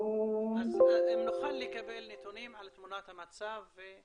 --- אז אם נוכל לקבל נתונים על תמונת המצב.